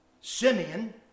Simeon